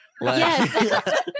Yes